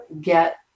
get